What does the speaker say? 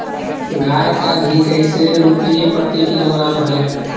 गाय का घी कैसे रुपए प्रति किलोग्राम है?